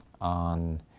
on